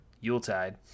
Yuletide